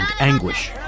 anguish